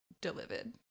delivered